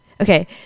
Okay